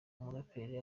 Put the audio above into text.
umuraperi